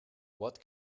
what